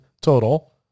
total